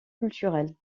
culturelle